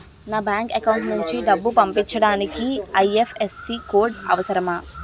నా bank account నుంచి డబ్బు పంపించడానికి ఐ.ఎఫ్.ఎస్.సి కోడ్ అవసరమా?